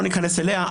לא ניכנס אליה,